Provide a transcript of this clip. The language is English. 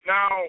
Now